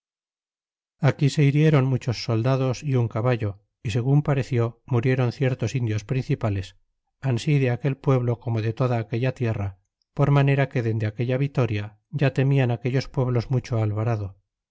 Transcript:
aquí le hiriéron muchos soldados é un caballo y segun pareció muriéron ciertos indios principales ausi de aquel pueblo como de toda aquella tierra por manera que dende aquella vitoria ya temían aquellos pueblos mucho alvarado